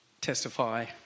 testify